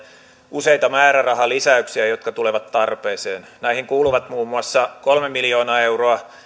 useita määrärahalisäyksiä jotka tulevat tarpeeseen näihin kuuluvat muun muassa kolme miljoonaa euroa